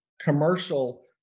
commercial